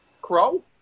crow